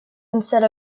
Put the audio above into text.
instead